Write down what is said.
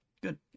good